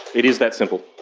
it is that simple.